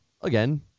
again